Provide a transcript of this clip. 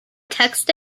text